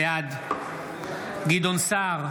בעד גדעון סער,